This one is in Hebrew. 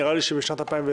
נראה לי שבשנת 2020,